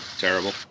terrible